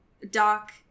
Doc